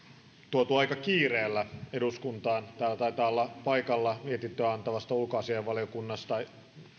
tuotu aika kiireellä eduskuntaan täällä taitaa olla mietintöä antavasta ulkoasiainvaliokunnasta paikalla